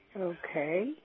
Okay